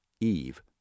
Eve